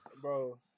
Bro